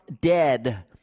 dead